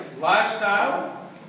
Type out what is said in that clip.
Lifestyle